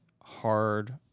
hard